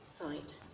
site